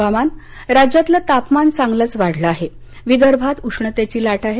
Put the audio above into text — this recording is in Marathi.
हवामान राज्यातलं तापमान चांगलंच वाढलं आहे विदर्भात उष्णतेची लाट आहे